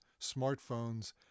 smartphones